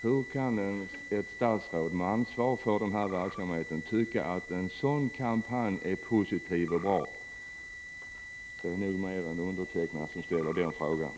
Hur kan ett statsråd med ansvar för den här verksamheten tycka att en sådan kampanj är positiv och bra? Det är nog fler än jag som ställer den frågan.